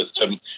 system